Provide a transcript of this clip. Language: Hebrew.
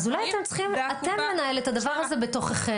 אז אולי אתם צריכים אתם לנהל את הדבר הזה בתוככם,